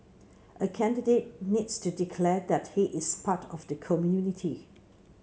a candidate needs to declare that he is part of the community